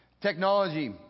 Technology